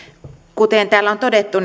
kuten täällä on todettu